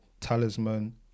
talisman